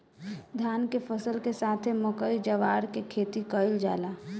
धान के फसल के साथे मकई, जवार के खेती कईल जाला